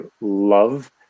love